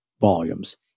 volumes